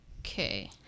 okay